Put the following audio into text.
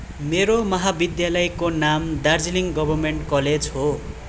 मेरो महाविद्यालयको नाम दार्जिलिङ गभर्मेन्ट कलेज हो